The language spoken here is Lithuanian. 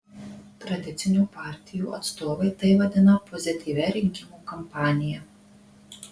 tradicinių partijų atstovai tai vadina pozityvia rinkimų kampanija